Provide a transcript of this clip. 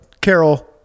Carol